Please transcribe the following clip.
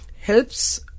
helps